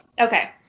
Okay